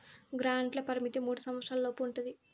గ్రాంట్ల పరిమితి మూడు సంవచ్చరాల లోపు ఉంటది